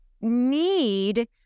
need